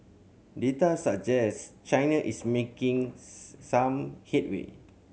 data suggest China is making some headway